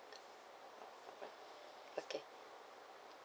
okay